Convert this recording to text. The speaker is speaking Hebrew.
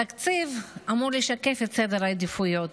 התקציב אמור לשקף את סדר העדיפויות,